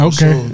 Okay